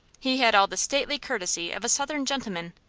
he had all the stately courtesy of a southern gentleman,